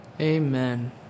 Amen